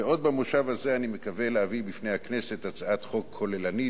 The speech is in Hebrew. ועוד במושב הזה אני מקווה להביא בפני הכנסת הצעת חוק כוללנית,